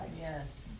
Yes